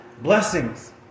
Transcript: blessings